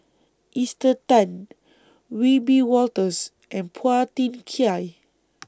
Esther Tan Wiebe Wolters and Phua Thin Kiay